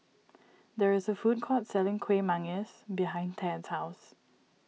there is a food court selling Kuih Manggis behind Tad's house